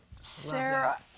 Sarah